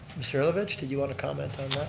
mr. herlovich did you want to comment on